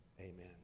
Amen